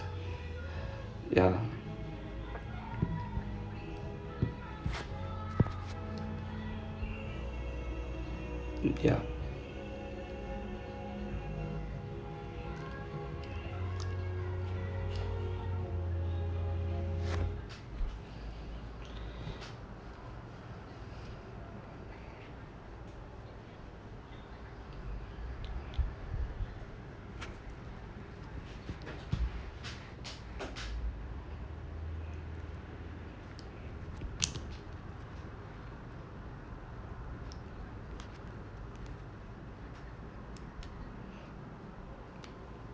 ya uh ya